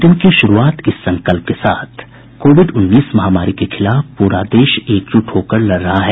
bulletin की शुरूआत इस संकल्प के साथ कोविड उन्नीस महामारी के खिलाफ देश एकजुट होकर लड़ रहा है